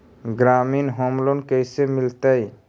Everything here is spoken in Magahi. ग्रामीण होम लोन कैसे मिलतै?